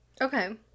Okay